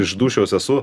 iš dūšios esu